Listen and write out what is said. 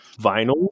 vinyl